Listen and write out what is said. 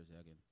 again